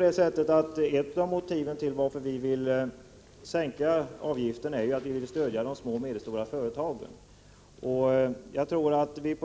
Ett av motiven till att vi vill sänka avgiften är att vi vill stödja de små och medelstora företagen. Jag tror att vi